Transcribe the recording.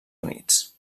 units